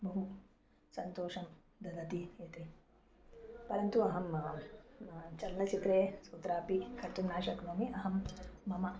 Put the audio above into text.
बहु सन्तोषं ददाति इति परन्तु अहं चलनचित्रे सु तत्रापि कर्तुं न शक्नोमि अहं मम